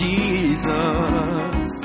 Jesus